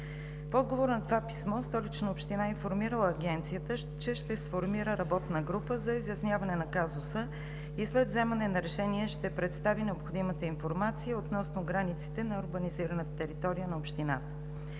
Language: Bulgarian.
В отговор на това писмо Столична община е информирала Агенцията, че ще сформира работна група за изясняване на казуса и след вземане на решение ще представи необходимата информация относно границите на урбанизираната територия на общината.